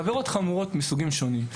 בעבירות חמורות מסוגים שונים.